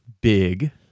big